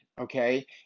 okay